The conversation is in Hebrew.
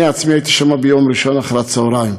אני עצמי הייתי שם ביום ראשון אחר הצהריים.